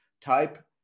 type